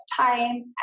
time